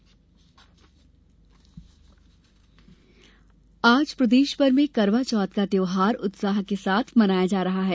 करवा चौथ आज प्रदेश भर में करवाचौथ का त्यौहार उत्साह के साथ मनाया जा रहा है